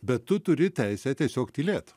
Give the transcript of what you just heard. bet tu turi teisę tiesiog tylėt